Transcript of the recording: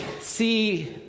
see